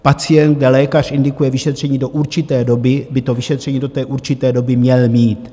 Pacient, kde lékař indikuje vyšetření do určité doby, by to vyšetření do té určité doby měl mít.